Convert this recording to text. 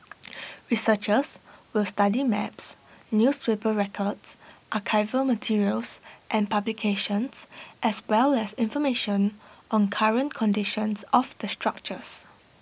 researchers will study maps newspaper records archival materials and publications as well as information on current conditions of the structures